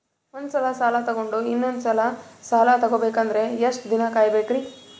ಒಂದ್ಸಲ ಸಾಲ ತಗೊಂಡು ಇನ್ನೊಂದ್ ಸಲ ಸಾಲ ತಗೊಬೇಕಂದ್ರೆ ಎಷ್ಟ್ ದಿನ ಕಾಯ್ಬೇಕ್ರಿ?